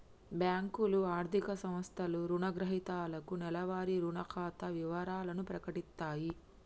బ్యేంకులు, ఆర్థిక సంస్థలు రుణగ్రహీతలకు నెలవారీ రుణ ఖాతా వివరాలను ప్రకటిత్తయి